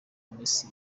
messi